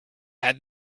had